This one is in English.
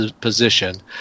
position